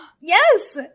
Yes